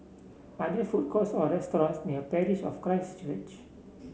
are there food courts or restaurants near Parish of Christ Church